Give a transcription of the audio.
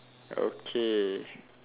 okay